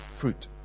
fruit